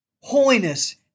Holiness